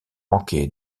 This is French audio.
manqué